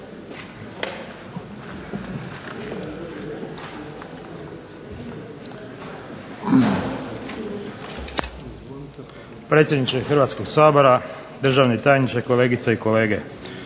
Predsjedniče Hrvatskoga sabora, državni tajniče, kolegice i kolege.